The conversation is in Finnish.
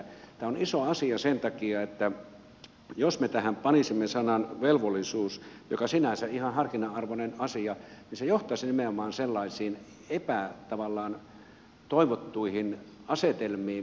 tämä on iso asia sen takia että jos me tähän panisimme sanan velvollisuus mikä sinänsä on ihan harkinnan arvoinen asia niin se johtaisi nimenomaan sellaisiin tavallaan epätoivottuihin asetelmiin